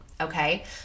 okay